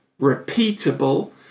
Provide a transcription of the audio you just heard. repeatable